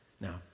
Now